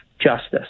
justice